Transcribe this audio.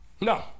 No